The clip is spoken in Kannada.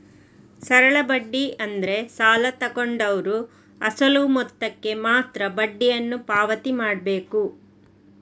ಸರಳ ಬಡ್ಡಿ ಅಂದ್ರೆ ಸಾಲ ತಗೊಂಡವ್ರು ಅಸಲು ಮೊತ್ತಕ್ಕೆ ಮಾತ್ರ ಬಡ್ಡಿಯನ್ನು ಪಾವತಿ ಮಾಡ್ಬೇಕು